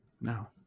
No